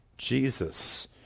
Jesus